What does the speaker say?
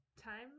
time